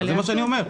זה מה שאני אומר.